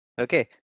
Okay